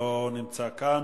נמצא כאן.